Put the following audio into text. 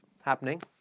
...happening